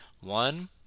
One